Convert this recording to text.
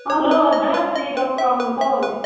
hello हजुर network problem छ हौ अलिक